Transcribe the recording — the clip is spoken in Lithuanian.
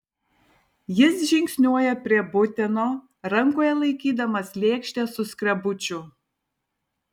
jis žingsniuoja prie buteno rankoje laikydamas lėkštę su skrebučiu